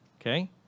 okay